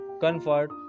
Comfort